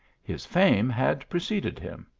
his fame had preceded him.